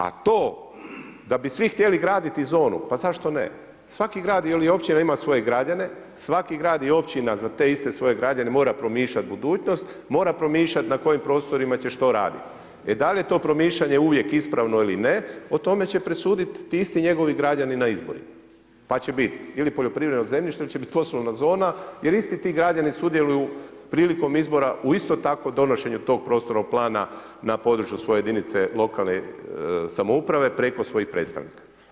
A to da bi svi htjeli graditi zonu, pa zašto ne. svaki grad ili općina ima svoje građane, svaki grad ili općina za te iste svoje građane mora promišljati budućnost, mora promišljati na kojim prostorima će što raditi, e da li je to promišljanje uvijek ispravno ili ne o tome će presudit ti isti njegovi građani na izborima pa će biti ili poljoprivredno zemljište ili će biti poslovna zona jer isti ti građani sudjeluju prilikom izbora u istom takvom donošenju tog prostornog plana na području svoje jedinica lokalne samouprave preko svojih predstavnika.